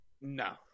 No